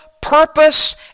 purpose